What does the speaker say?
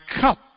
cup